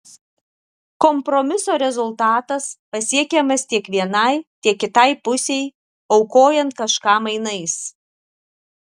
kompromiso rezultatas pasiekiamas tiek vienai tiek kitai pusei aukojant kažką mainais